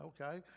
Okay